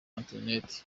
interineti